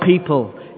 people